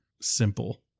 simple